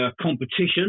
competition